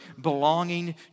belonging